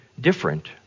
different